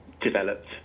developed